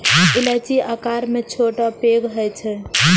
इलायची आकार मे छोट आ पैघ होइ छै